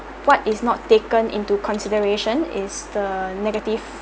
what is not taken into consideration is the negative